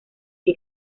que